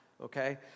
okay